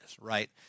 right